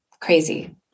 crazy